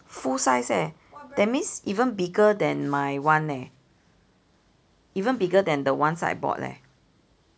full size eh that means even bigger than my one eh even bigger than the ones I bought leh